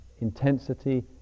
intensity